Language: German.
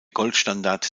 goldstandard